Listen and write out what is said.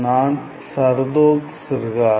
நான் சர்தோக் சிர்கார்